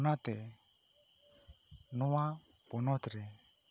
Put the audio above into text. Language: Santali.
ᱚᱱᱟᱛᱮ ᱱᱚᱣᱟ ᱯᱚᱱᱚᱛ ᱨᱮ